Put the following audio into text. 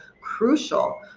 crucial